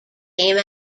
came